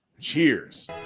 cheers